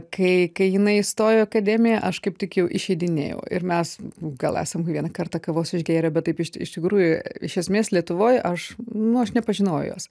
kai kai jinai įstojo į akademiją aš kaip tik jau išeidinėjau ir mes gal esam kokį vieną kartą kavos išgėrę bet taip iš tikrųjų iš esmės lietuvoj aš nu aš nepažinojau jos